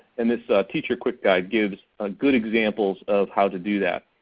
and this teacher quick guide gives ah good examples of how to do that.